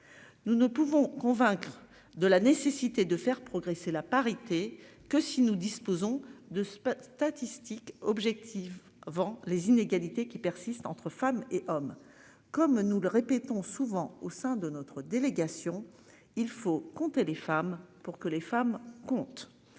Nous ne pouvons convaincre de la nécessité de faire progresser la parité que si nous disposons de. Statistiques objectives vend les inégalités qui persistent entre femmes et hommes comme nous le répétons souvent au sein de notre délégation. Il faut compter les femmes pour que les femmes compte.